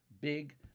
Big